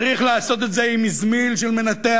צריך לעשות את זה עם אזמל של מנתח,